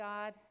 God